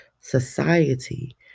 society